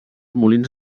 molins